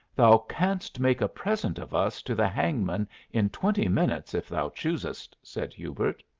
thou canst make a present of us to the hangman in twenty minutes if thou choosest, said hubert.